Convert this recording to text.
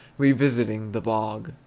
revisiting the bog!